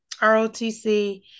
ROTC